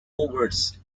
worse